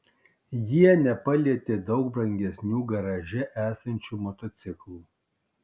jie nepalietė daug brangesnių garaže esančių motociklų